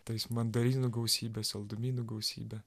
tais mandarinų gausybe saldumynų gausybe